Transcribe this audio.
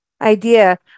idea